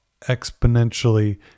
exponentially